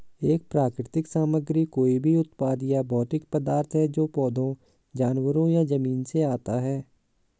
एक प्राकृतिक सामग्री कोई भी उत्पाद या भौतिक पदार्थ है जो पौधों, जानवरों या जमीन से आता है